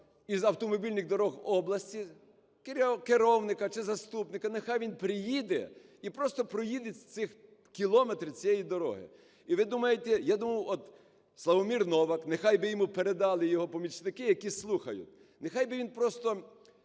із автомобільних доріг області, керівника чи заступника, нехай він приїде і просто проїдеться, кілометри цієї дороги. І ви думаєте... Я думав, от Славомір Новак, нехай би йому передали його помічники, які слухають, нехай би він просто,